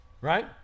right